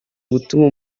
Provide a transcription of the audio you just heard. gutuma